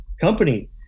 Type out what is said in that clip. company